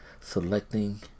Selecting